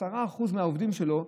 ל-10% מהעובדים שלו,